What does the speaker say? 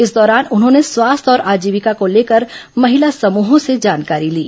इस दौरान उन्होंने स्वास्थ्य और आजीविका को लेकर महिला समूहों से जानकारी ली